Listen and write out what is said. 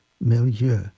milieu